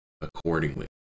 accordingly